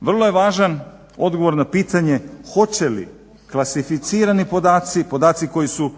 Vrlo je važan odgovor na pitanje hoće li klasificirani podaci i podaci koji su